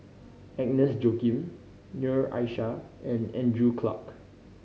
Agnes Joaquim Noor Aishah and Andrew Clarke